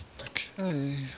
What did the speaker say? Okay